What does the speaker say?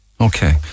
Okay